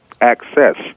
access